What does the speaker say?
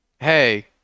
Hey